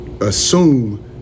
assume